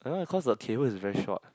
I don't know cause the cable is very short